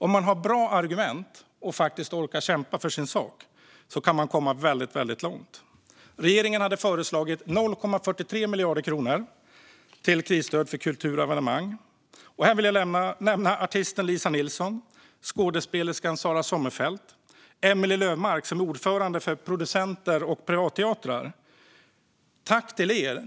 Om man har bra argument och orkar kämpa för sin sak kan man komma väldigt långt. Regeringen hade föreslagit 0,43 miljarder kronor till krisstöd för kultur och evenemang. Här vill jag nämna artisten Lisa Nilsson, skådespelerskan Sara Sommerfeld Unger, Emelie Löfmark som är ordförande för Sveriges Producenter och Privatteatrar. Tack till er!